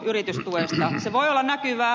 se voi olla näkyvää